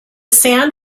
sand